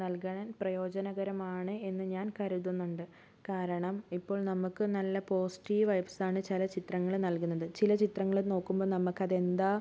നൽകാൻ പ്രയോജനകരമാണ് എന്ന് ഞാൻ കരുതുന്നുണ്ട് കാരണം ഇപ്പോൾ നമുക്ക് നല്ല പോസിറ്റീവ് വൈബ്സ് ആണ് ചില ചിത്രങ്ങള് നൽകുന്നത് ചില ചിത്രങ്ങളിൽ നോക്കുമ്പോൾ നമുക്ക് അത് എന്താ